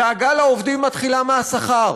דאגה לעובדים מתחילה מהשכר.